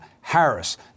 Harris